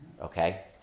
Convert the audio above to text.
okay